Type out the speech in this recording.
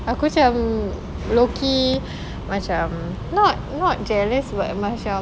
aku macam low-key macam not not jealous but macam